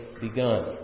begun